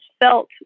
felt